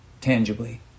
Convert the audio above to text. tangibly